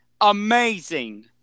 Amazing